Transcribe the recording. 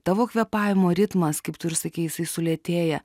tavo kvėpavimo ritmas kaip tu ir sakei jisai sulėtėja